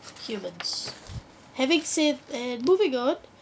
humans having said and moving on